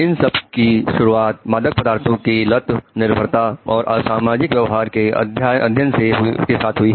इन सब की शुरुआत मादक पदार्थों की लत निर्भरता और असामाजिक व्यवहार के अध्ययन के साथ हुई